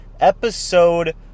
episode